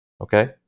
okay